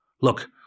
Look